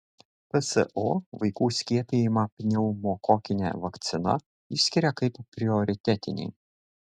pso vaikų skiepijimą pneumokokine vakcina išskiria kaip prioritetinį